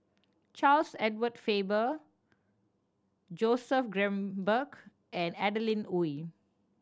Charles Edward Faber Joseph Grimberg and Adeline Ooi